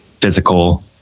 physical